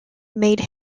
made